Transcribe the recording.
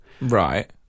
Right